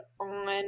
on